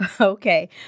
Okay